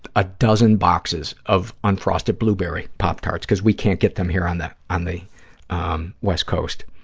a dozen boxes of unfrosted blueberry pop tarts, because we can't get them here on the on the um west coast,